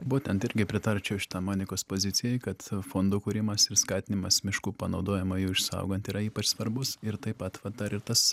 būtent irgi pritarčiau šitam monikos pozicijai kad fondo kūrimas ir skatinimas miškų panaudojimą jų išsaugant yra ypač svarbus ir taip pat va dar ir tas